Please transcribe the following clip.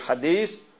hadith